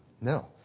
No